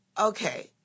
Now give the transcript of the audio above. okay